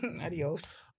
Adios